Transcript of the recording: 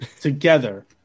together